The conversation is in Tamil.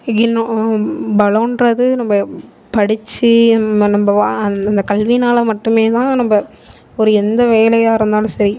இன்னும் பலங்றது நம்ம படிச்சு நம்ம வ அந்த கல்வினால் மட்டுமே தான் நம்ம ஒரு எந்த வேலையாயிருந்தாலும் சரி